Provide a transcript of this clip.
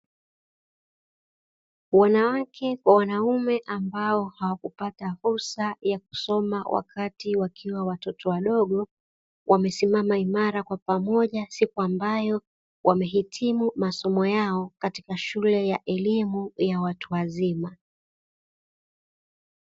Wanawake kwa wanaume ambao hawakupata fursa ya kusoma wakati wakiwa watoto wadogo, wamesimama imara kwa pamoja siku ambayo wamehitimu masomo yao katika shule ya elimu ya watu wazima.